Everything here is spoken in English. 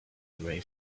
away